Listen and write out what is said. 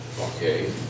okay